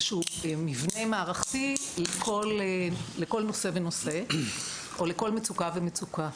מבנה מערכתי לכל נושא ונושא או לכל מצוקה ומצוקה.